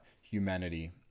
humanity